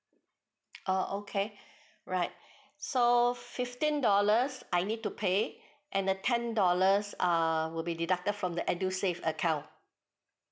uh okay right so fifteen dollars I need to pay and a ten dollars ah will be deducted from the edusave account